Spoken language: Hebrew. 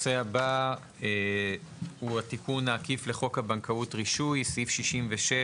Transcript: הנושא הבא הוא תיקון עקיף לחוק הבנקאות (רישוי) סעיף 66,